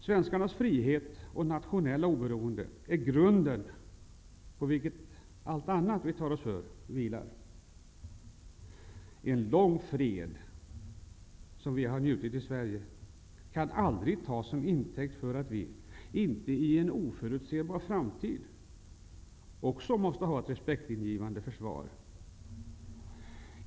Svenskarnas frihet och nationella oberoende är grunden, på vilken allt annat vi tar oss för vilar. En lång fred som vi i Sverige har kunnat åtnjuta kan aldrig tas som intäkt för att vi inte i en oförutsebar framtid också måste ha ett respektingivande försvar.